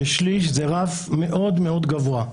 ששליש זה רף מאוד-מאוד גבוה.